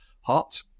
hot